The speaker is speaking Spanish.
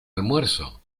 almuerzo